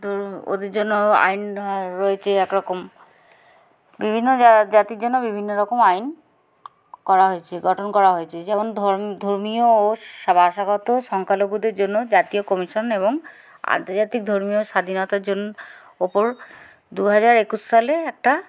ধর ওদের জন্য আইন রয়েছে একরকম বিভিন্ন জাতির জন্য বিভিন্ন রকম আইন করা হয়েছে গঠন করা হয়েছে যেমন ধর্ম ধর্মীয় ও বাসাগত সংখ্যালঘুদের জন্য জাতীয় কমিশন এবং আন্তর্জাতিক ধর্মীয় স্বাধীনতার জন্য ওপর দু হাজার একুশ সালে একটা